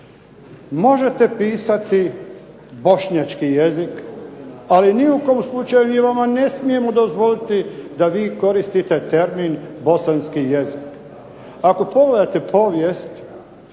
Možete pisati bošnjački jezik, ali ni u kom slučaju mi vama ne smijemo dozvoliti da vi koristite termin bosanski jezik. Ako pogledate povijest